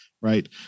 Right